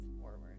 forward